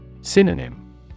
Synonym